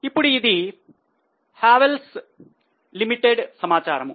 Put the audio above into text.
ఇప్పుడు ఇది Havells limited సమాచారము